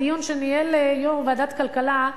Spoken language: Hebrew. בדיון שניהל יושב-ראש ועדת הכלכלה,